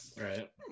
right